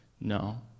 no